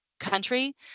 country